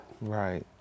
Right